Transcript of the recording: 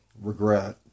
regret